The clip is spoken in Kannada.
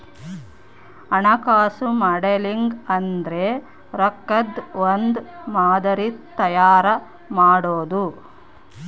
ಹಣಕಾಸು ಮಾಡೆಲಿಂಗ್ ಅಂದ್ರೆ ರೊಕ್ಕದ್ ಒಂದ್ ಮಾದರಿ ತಯಾರ ಮಾಡೋದು